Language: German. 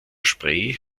spree